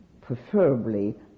preferably